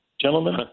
gentlemen